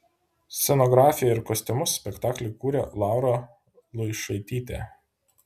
scenografiją ir kostiumus spektakliui kūrė laura luišaitytė